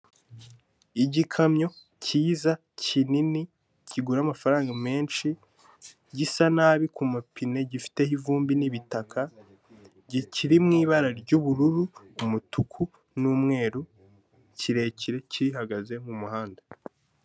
Igikamyo cyiza kinini, kigura amafaranga menshi, gisa nabi ku mapine, gifiteho ivumbi n'ibitaka, kiri mu ibara ry'ubururu, umutuku n'umweru, kirekire gihagaze mu muhanda.